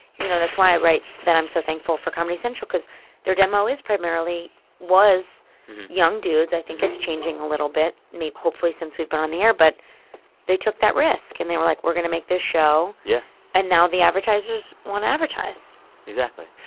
you know, that's why i write that i'm so thankful for comedy central because their demo is primarily was young dudes. i think it's changing a little bit, hopefully, since we've been on the air. but they took that risk. and they were like, we're going to make this show yeah and now the advertisers want to advertise exactly.